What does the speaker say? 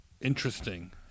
interesting